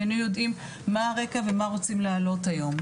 אם היינו יודעים מה הרקע ומה רוצים להעלות היום,